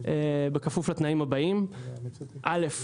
בכפוף לתנאים הבאים: א.